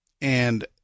and-